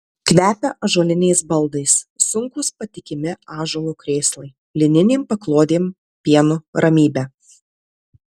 kvepia ąžuoliniais baldais sunkūs patikimi ąžuolo krėslai lininėm paklodėm pienu ramybe